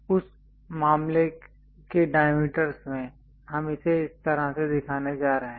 उस मामले के डायमीटरस् में हम इसे इस तरह से दिखाने जा रहे हैं